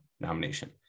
nomination